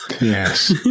Yes